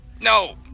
No